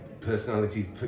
personalities